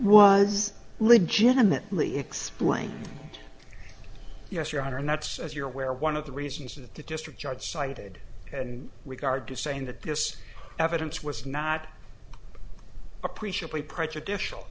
was legitimately explained yes your honor and that's as you're aware one of the reasons that the district judge cited in regard to saying that this evidence was not appreciably prejudicial